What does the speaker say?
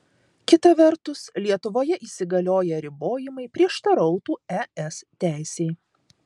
kita vertus lietuvoje įsigalioję ribojimai prieštarautų es teisei